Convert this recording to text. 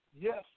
yes